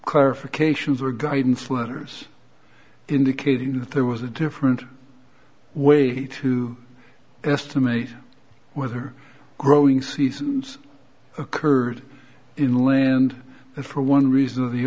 clarification for guidance wonders indicating that there was a different way to estimate with a growing seasons occurred in land and for one reason or the